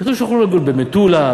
כדי שיוכלו לגור במטולה,